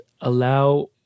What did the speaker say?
allow